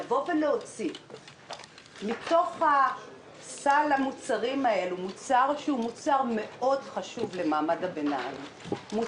להוציא מתוך סל המוצרים הזה מוצר שהוא חשוב מאוד למעמד הביניים,